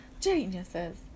Geniuses